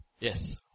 Yes